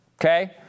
okay